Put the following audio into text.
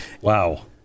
Wow